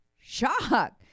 shock